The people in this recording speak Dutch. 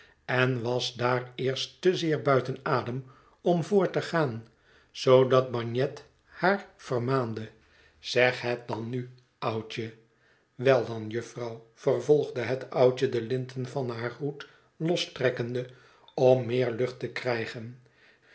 en was daar eerst te zeer buiten adem om voort te gaan zoodat bagnet haar vermaande zeg het dan nu oudje wel dan jufvrouw vervolgde het oudje de linten van haar hoed lostrekkende om meer lucht te krijgen